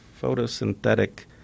photosynthetic